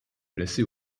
placée